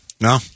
No